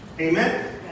Amen